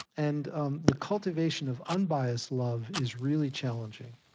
and um the cultivation of unbiased love is really challenging.